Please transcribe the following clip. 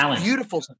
Beautiful